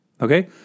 Okay